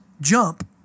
jump